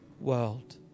world